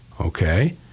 Okay